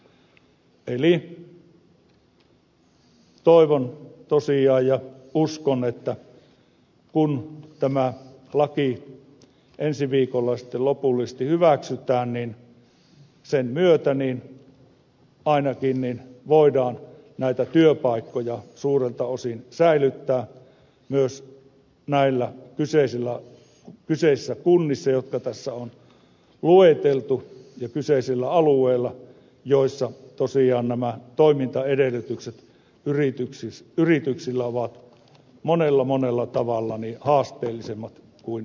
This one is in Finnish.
eli toivon tosiaan ja uskon että kun tämä laki ensi viikolla sitten lopullisesti hyväksytään niin sen myötä ainakin voidaan näitä työpaikkoja suurelta osin säilyttää myös näissä kyseisissä kunnissa jotka tässä on lueteltu ja kyseisillä alueilla joissa tosiaan nämä toimintaedellytykset yrityksillä ovat monella monella tavalla haasteellisemmat kuin kasvukeskuksissa